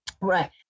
right